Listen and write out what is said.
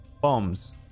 bombs